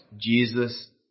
Jesus